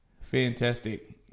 fantastic